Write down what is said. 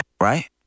right